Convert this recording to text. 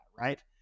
Right